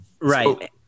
Right